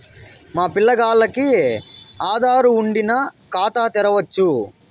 మా పిల్లగాల్లకి ఆదారు వుండిన ఖాతా తెరవచ్చు